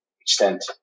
extent